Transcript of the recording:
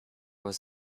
was